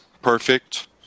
Perfect